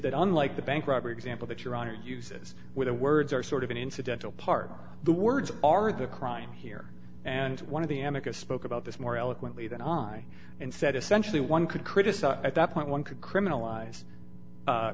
that unlike the bank robbery example that your honor uses where the words are sort of an incidental part the words are the crime here and one of the amica spoke about this more eloquently than i and said essentially one could criticize at that point one could criminal